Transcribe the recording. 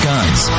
Guns